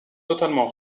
totalement